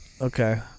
Okay